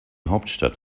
hauptstadt